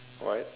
what